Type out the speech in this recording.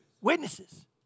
Witnesses